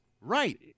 right